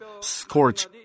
scorch